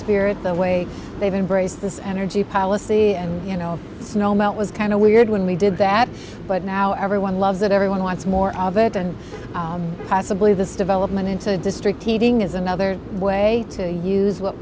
spirit the way they've embraced this energy policy and you know snow melt was kind of weird when we did that but now everyone loves it everyone wants more of it and possibly this development into district heating is another way to use what